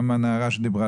גם הנערה שדיברה,